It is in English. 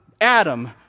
Adam